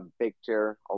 Victor